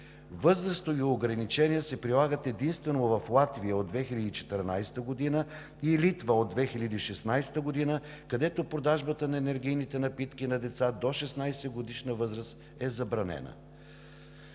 Възрастови ограничения се прилагат единствено в Латвия от 2014 г. и Литва от 2016 г., където продажбата на енергийните напитки на деца до 16-годишна възраст е забранена.